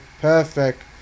perfect